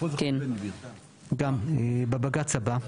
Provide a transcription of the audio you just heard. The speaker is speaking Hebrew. בבג"צ הבא,